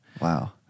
wow